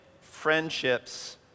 friendships